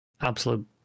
absolute